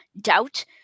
doubt